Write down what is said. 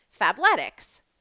Fabletics